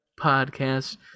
podcast